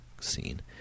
scene